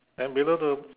then below the